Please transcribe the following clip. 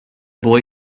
boy